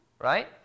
right